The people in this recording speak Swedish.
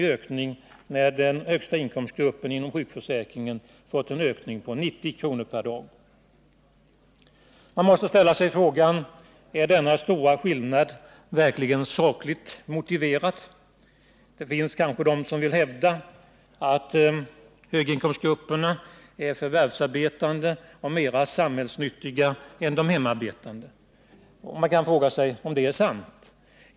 i ökning när den högsta inkomstgruppen inom sjukförsäkringen fått en ökning på 90 kr. per dag. Man måste ställa sig frågan: Är denna stora skillnad verkligen sakligt motiverad? Det finns kanske de som vill hävda att höginkomstgrupperna är förvärvsarbetande och mera samhällsnyttiga än de hemarbetande. Men är detta sant?